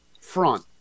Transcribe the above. front